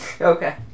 Okay